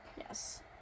Yes